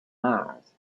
mars